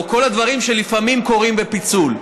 או כל הדברים שלפעמים קורים בפיצול.